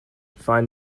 find